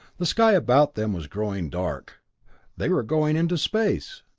the sky about them was growing dark they were going into space!